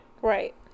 right